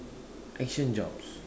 action jobs